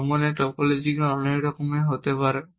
ভ্রমণের টপোলজিকাল অনেক রকম হতে পারে